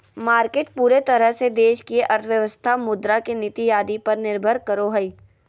market पूरे तरह से देश की अर्थव्यवस्था मुद्रा के नीति आदि पर निर्भर करो हइ